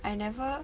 I never